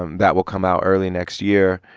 um that will come out early next year.